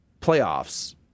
playoffs